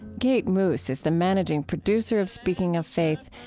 kate moos is the managing producer of speaking of faith,